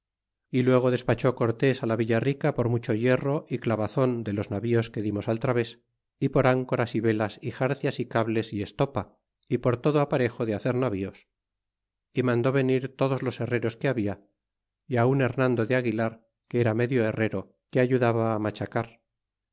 y luego despaché cortés la villa rica por mucho hierro y clavazon de los navíos que dimos al traves y por áncoras y velas y jarcias y cables y estopa y por todo apa rejo de hacer navíos y mandó venir todos los herreros que haba y un hernando de aguilar que era medio herrero que ayudaba machacar